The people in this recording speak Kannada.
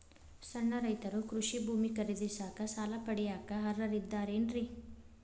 ಸಣ್ಣ ರೈತರು ಕೃಷಿ ಭೂಮಿ ಖರೇದಿಸಾಕ, ಸಾಲ ಪಡಿಯಾಕ ಅರ್ಹರಿದ್ದಾರೇನ್ರಿ?